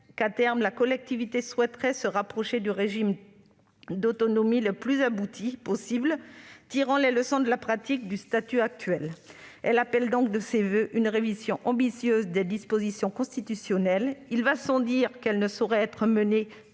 que la collectivité souhaiterait, à terme, se rapprocher du régime d'autonomie qui soit le plus abouti possible, tirant les leçons de la pratique du statut actuel. Elle appelle donc de ses voeux une révision ambitieuse des dispositions constitutionnelles, laquelle ne saurait être menée